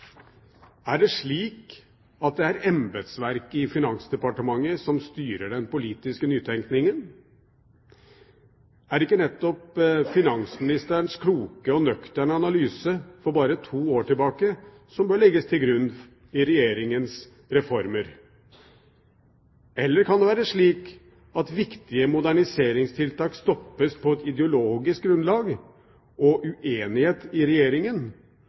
Er det slik at det er embetsverket i Finansdepartementet som styrer den politiske nytenkningen? Er det ikke nettopp finansministerens kloke og nøkterne analyse for bare to år tilbake som bør legges til grunn i Regjeringens reformer? Eller kan det være slik at viktige moderniseringstiltak stoppes på et ideologisk grunnlag og uenighet i Regjeringen,